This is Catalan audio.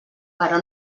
però